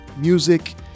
music